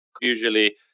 usually